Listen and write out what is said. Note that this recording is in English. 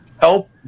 help